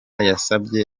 yasabye